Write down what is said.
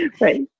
Right